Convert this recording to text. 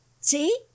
See